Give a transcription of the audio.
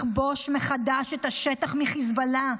לכבוש מחדש את השטח מחיזבאללה,